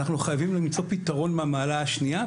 אנחנו חייבים למצוא פתרון מהמעלה השנייה,